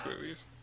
movies